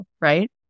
right